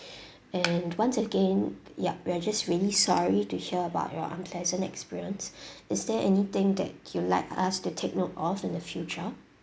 and once again ya we are just really sorry to hear about your unpleasant experience is there anything that you like us to take note of in the future